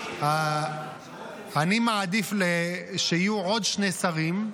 --- אני מעדיף שיהיו עוד שני שרים,